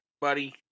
buddy